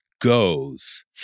goes